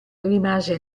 rimase